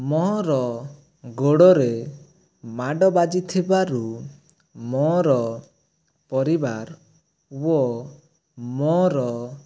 ମୋର ଗୋଡ଼ରେ ମାଡ଼ ବାଜିଥିବାରୁ ମୋର ପରିବାର ଓ ମୋର